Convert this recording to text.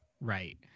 Right